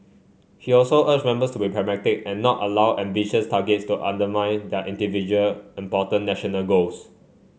he also urged members to be pragmatic and not allow ambitious targets to undermine their individual important national goals